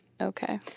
Okay